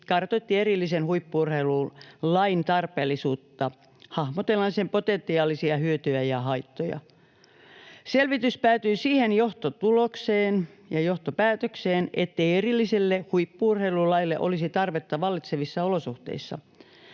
kartoitti erillisen huippu-urheilulain tarpeellisuutta hahmottelemalla sen potentiaalisia hyötyjä ja haittoja. Selvitys päätyi siihen johtotulokseen ja johtopäätökseen, ettei erilliselle huippu-urheilulaille olisi tarvetta vallitsevissa olosuhteissa.